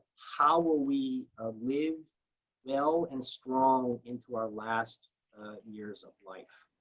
how will we live well and strong into our last years of life?